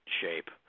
shape